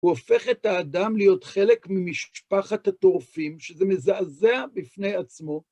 הוא הופך את האדם להיות חלק ממשפחת הטורפים, שזה מזעזע בפני עצמו.